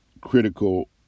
Critical